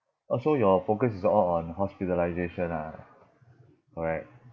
orh so your focus is all on hospitalisation ah correct